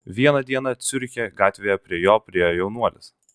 vieną dieną ciuriche gatvėje prie jo priėjo jaunuolis